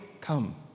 come